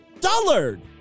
Dullard